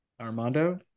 Armando